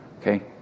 Okay